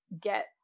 get